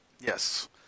Yes